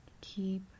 Keep